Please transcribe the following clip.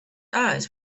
eyes